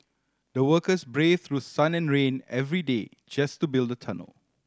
the workers braved through sun and rain every day just to build the tunnel